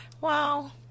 Wow